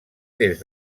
des